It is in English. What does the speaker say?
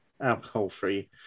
alcohol-free